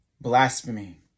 Blasphemy